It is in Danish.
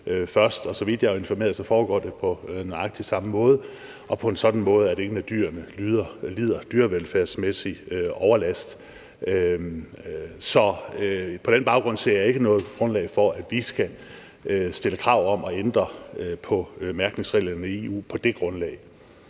først, og så vidt jeg er informeret, foregår det på nøjagtig samme måde og på en sådan måde, at ingen af dyrene lider dyrevelfærdsmæssig overlast. Så på den baggrund ser jeg ikke noget grundlag for, at vi skal stille krav om at ændre på mærkningsreglerne i EU. Kl.